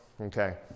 okay